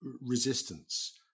resistance